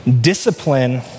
discipline